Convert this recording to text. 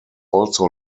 also